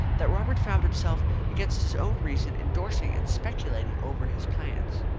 that robert found himself against his own reason endorsing and speculating over his plans.